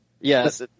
Yes